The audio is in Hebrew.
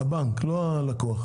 הבנק, לא הלקוח.